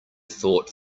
thought